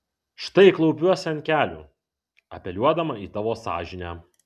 štai klaupiuosi ant kelių apeliuodama į tavo sąžinę